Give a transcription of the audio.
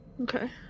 Okay